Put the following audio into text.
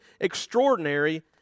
extraordinary